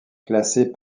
classés